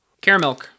Caramel